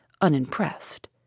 unimpressed